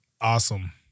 awesome